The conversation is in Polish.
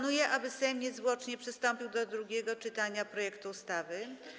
Proponuję, aby Sejm niezwłocznie przystąpił do drugiego czytania projektu ustawy.